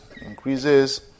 increases